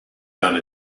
done